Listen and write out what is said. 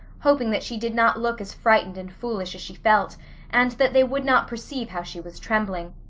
hoping that she did not look as frightened and foolish as she felt and that they would not perceive how she was trembling.